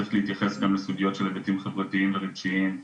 צריך גם להתייחס להיבטים חברתיים ורגשיים,